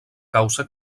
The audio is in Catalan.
causa